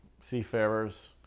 seafarers